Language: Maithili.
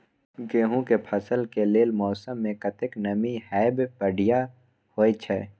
गेंहू के फसल के लेल मौसम में कतेक नमी हैब बढ़िया होए छै?